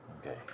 Okay